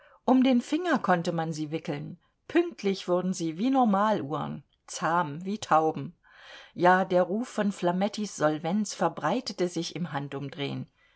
um den finger konnte man sie wickeln pünktlich wurden sie wie normaluhren zahm wie tauben ja der ruf von flamettis solvenz verbreitete sich im handumdrehn